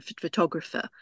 photographer